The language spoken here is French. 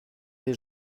des